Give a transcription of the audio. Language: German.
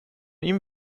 ihm